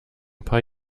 paar